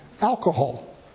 Alcohol